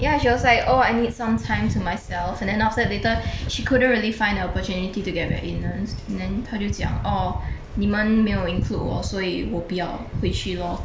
ya she was like oh I need some time to myself and then after that later she couldn't really find a opportunity to get back in then 她就讲 orh 你们没有 include 我所以我不要回去 lor